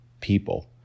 people